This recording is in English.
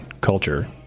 culture